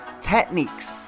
techniques